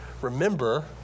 Remember